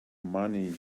money